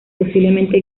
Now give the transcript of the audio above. posiblemente